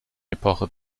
epoche